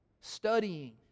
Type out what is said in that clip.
studying